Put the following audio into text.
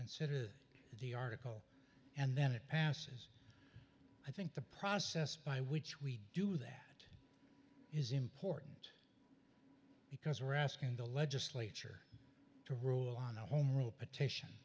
consider the article and then it passes i think the process by which we do that is important because we're asking the legislature to rule on a home rule petition